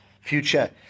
future